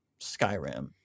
skyrim